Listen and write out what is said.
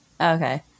Okay